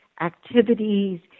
activities